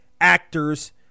actors